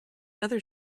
other